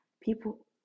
people